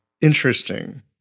interesting